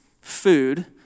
food